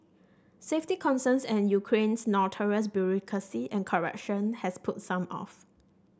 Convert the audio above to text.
safety concerns and Ukraine's notorious bureaucracy and corruption has put some off